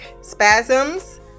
spasms